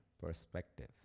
perspective